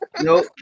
Nope